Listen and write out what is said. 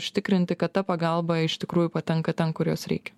užtikrinti kad ta pagalba iš tikrųjų patenka ten kur jos reikia